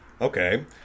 Okay